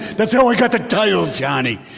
that's how i got to tell you johnny.